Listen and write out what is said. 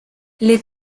les